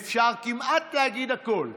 אפשר להגיד כמעט הכול,